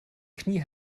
knie